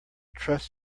trust